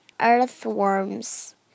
earthworms